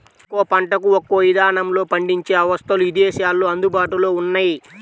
ఒక్కో పంటకు ఒక్కో ఇదానంలో పండించే అవస్థలు ఇదేశాల్లో అందుబాటులో ఉన్నయ్యి